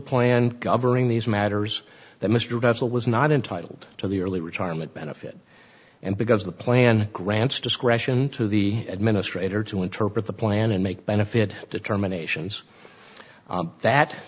plan covering these matters that mr bacile was not entitled to the early retirement benefit and because the plan grants discretion to the administrator to interpret the plan and make benefit determinations that